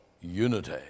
unity